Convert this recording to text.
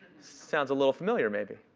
sounds a little familiar, maybe.